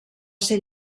ser